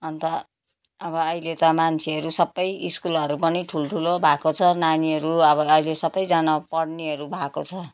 अन्त अब अहिले त मान्छेहरू सबै स्कुलहरू पनि ठुल्ठुलो भएको छ नानीहरू अब अहिले सबैजना पढ्नेहरू भएको छ